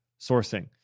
Sourcing